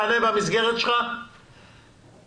שיש בהם שלל אנשי מקצוע ויכולים לתת טיפול הוליסטי לכל צדדיו של הילד,